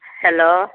hello